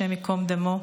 השם ייקום דמו,